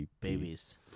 babies